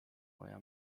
moja